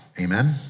Amen